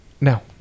No